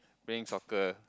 playing soccer